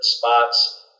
spots